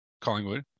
Collingwood